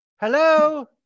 Hello